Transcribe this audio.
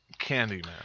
Candyman